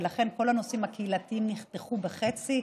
ולכן כל הנושאים הקהילתיים נחתכו בחצי.